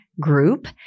group